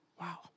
Wow